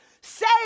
Say